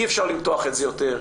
אי אפשר למתוח את זה יותר,